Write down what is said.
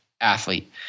athlete